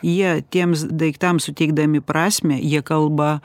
jie tiems daiktams suteikdami prasmę jie kalba